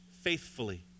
faithfully